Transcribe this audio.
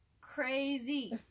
crazy